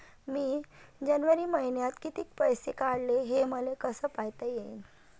मिन जनवरी मईन्यात कितीक पैसे काढले, हे मले कस पायता येईन?